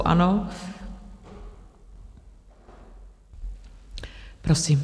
Ano, prosím.